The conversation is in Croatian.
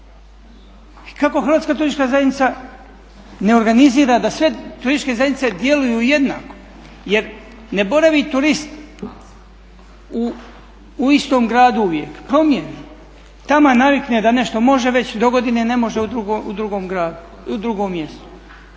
kako Hrvatska turistička zajednica ne organizira da sve turističke zajednice djeluju jednako jer ne boravi turist u istom gradu uvijek, promijeni. Taman navikne da nešto može već dogodine ne može u drugom mjestu.